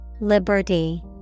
Liberty